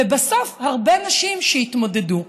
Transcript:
ובסוף הרבה נשים שיתמודדו.